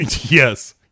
Yes